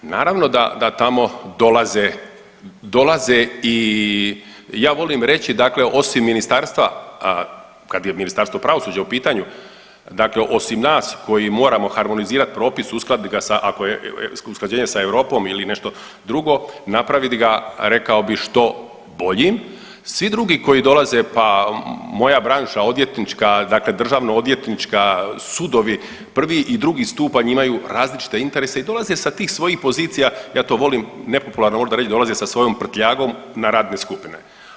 Naravno da tamo dolaze, dolaze i ja volim reći, dakle osim ministarstva kad je Ministarstvo pravosuđa u pitanju, dakle osim nas koji moramo harmonizirati propis, uskladiti ga sa, ako je usklađenje sa Europom ili nešto drugo, napravit ga, rekao bih što boljim, svi drugi koji dolaze, pa moja branša odvjetnička, dakle državnoodvjetnička, sudovi, prvi i drugi stupanj imaju različite interese i dolaze sa tih svojih pozicija, ja to volim nepopularno možda reći, dolaze sa svojom prtljagom na radne skupine.